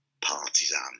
partisan